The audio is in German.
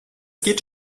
geht